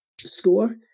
score